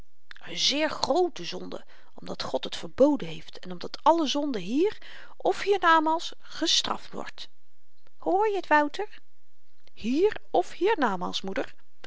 zeer groote zonde omdat god het verboden heeft en omdat alle zonde hier of hier-namaals gestraft wordt hoorje t wouter hier of hier-namaals moeder